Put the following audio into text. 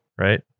right